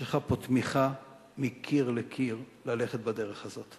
שיש לך פה תמיכה מקיר לקיר ללכת בדרך הזאת.